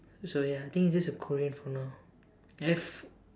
so ya I think it's just the Korean for now have